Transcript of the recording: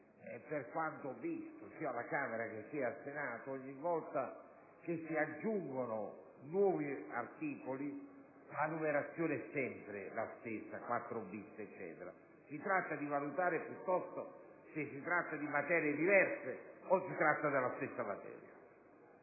per quanto ho visto sia alla Camera che al Senato, ogni volta che si aggiungono nuovi articoli la numerazione è sempre la stessa. (ad esempio, 4-bis). Si tratta di valutare piuttosto se si tratta di materie diverse o della stessa materia.